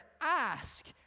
ask